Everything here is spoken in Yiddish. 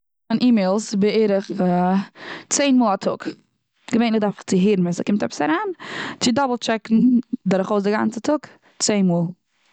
מיין אי מעילס בערך צען מאל א טאג. געווענליך דארף איך צו הערן ווען ס'קומט עפעס אריין. צו דאבל טשעקן דורך אויס די גאנצע טאג צען מאל.